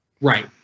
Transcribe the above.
Right